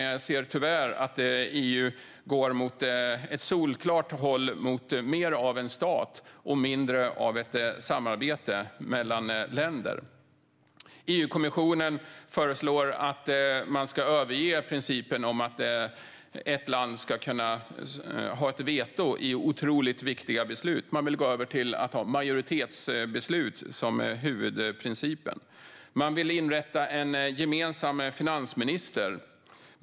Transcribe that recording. Jag ser tyvärr att EU solklart går mot mer av en stat och mindre av ett samarbete mellan länder. EU-kommissionen föreslår att man ska överge principen om att ett land ska kunna ha ett veto i otroligt viktiga beslut. Man vill gå över till att ha majoritetsbeslut som huvudprincip. Man vill inrätta en gemensam finansminister.